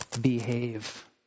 Behave